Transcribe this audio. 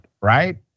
right